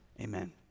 Amen